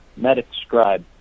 MedicScribe